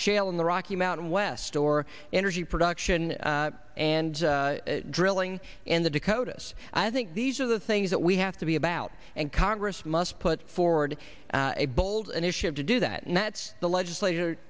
shale in the rocky mountain west or energy production and drilling in the dakotas i think these are the things that we have to be about and congress must put forward a bold initiative to do that and that's the legislator